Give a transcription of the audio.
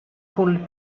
con